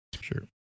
Sure